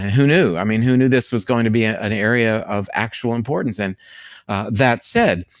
who knew? i mean, who knew this was going to be ah an area of actual importance? and that said,